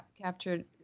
captured